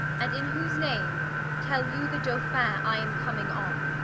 and in whose name tel you the dolphin, i am comming on,